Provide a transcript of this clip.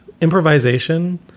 improvisation